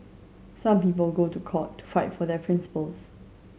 some people go to court to fight for their principles